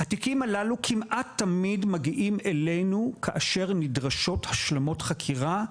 התיקים הללו כמעט תמיד מגיעים אלינו כאשר נדרשות השלמות חקירה,